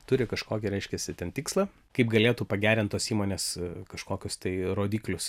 turi kažkokį reiškiasi ten tikslą kaip galėtų pagerint tos įmonės kažkokius tai rodiklius